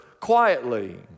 quietly